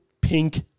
pink